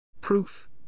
Proof